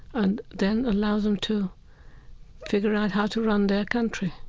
and then allow them to figure out how to run their country